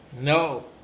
No